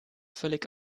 völlig